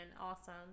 Awesome